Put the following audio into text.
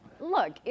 Look